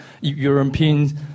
European